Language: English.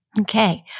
Okay